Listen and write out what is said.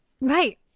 Right